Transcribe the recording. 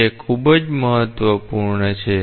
જે ખૂબ જ મહત્વપૂર્ણ છે